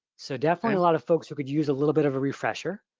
so definitely a lot of folks who could use a little bit of a refresher.